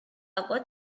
good